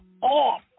off